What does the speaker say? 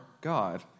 God